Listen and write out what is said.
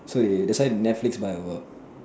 so they thats why netflix buy over